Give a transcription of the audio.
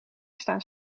staan